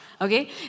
Okay